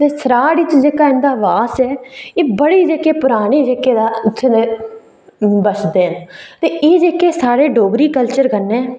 सराढ़ बिच जेह्का इं'दा बास ऐ एह् बड़े जेह्के पुराने जेह्के उत्थै ओह् बसदे न ते एह् जेह्के साढ़े डोगरी कल्चर कन्नै